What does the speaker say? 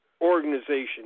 organization